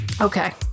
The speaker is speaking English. Okay